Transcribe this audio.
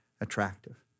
attractive